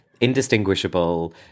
indistinguishable